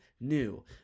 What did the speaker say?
new